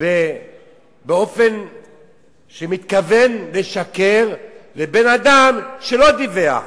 באופן שמתכוון לשקר לבין אדם שלא דיווח.